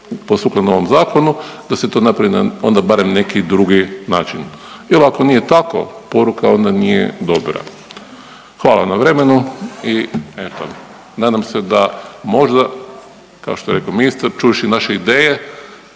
sukladno ovom zakonu da se to napravi na onda barem neki drugi način. Jer ako nije tako poruka onda nije dobra. Hvala na vremenu i eto nadam se da možda kao što je rekao ministar čuvši naše ideje